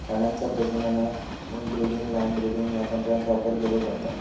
प्राण्यांच्या प्रजननात inbreeding line breeding या तंत्राचो वापर केलो जाता